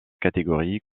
catégories